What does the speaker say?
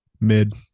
Mid